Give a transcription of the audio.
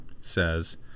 says